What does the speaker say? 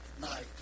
night